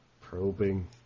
Probing